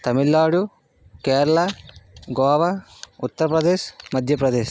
Tamil Nadu Kerala Goa Uttar Pradesh Madhya Pradesh